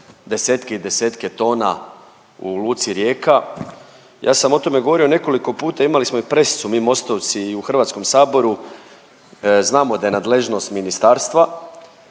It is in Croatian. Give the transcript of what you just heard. desetke i desetke tona u luci Rijeka. Ja sam o tome govorio nekoliko puta, imali smo i presicu mi mostovci i u HS-u, znamo da je nadležnost ministarstva,